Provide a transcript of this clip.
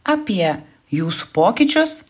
apie jūsų pokyčius